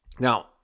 Now